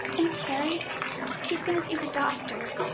and terry he's going to see the doctor.